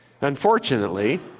Unfortunately